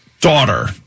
daughter